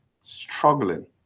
struggling